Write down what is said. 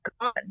gone